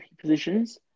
positions